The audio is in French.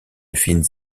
fines